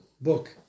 book